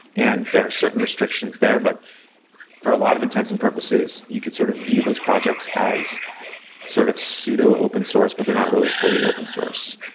and there are certain restrictions there, but for a lot of intents and purposes, you could sort of view those projects as sort of pseudo-open-source, but they're not really fully open-source.